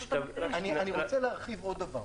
אני רוצה להרחיב על עוד דבר.